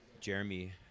Jeremy